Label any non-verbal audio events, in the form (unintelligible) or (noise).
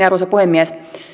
(unintelligible) arvoisa puhemies